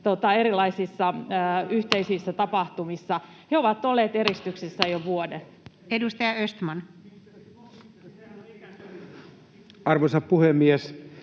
koputtaa] yhteisissä tapahtumissa. He ovat olleet eristyksissä jo vuoden. Edustaja Östman. Arvoisa puhemies!